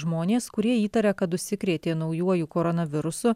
žmonės kurie įtaria kad užsikrėtė naujuoju koronavirusu